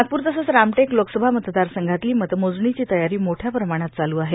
नागपूर तसंच रामटेक लोकसभा मतदारसंघातली मतमोजणीची तयारी मोठ्या प्रमाणात चालू आहे